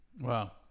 Wow